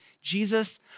Jesus